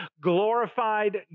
glorified